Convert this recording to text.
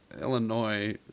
Illinois